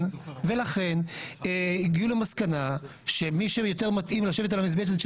ולכן הגיעו למסקנה שמי שיותר מתאים לשבת על המשבצת של